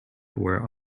were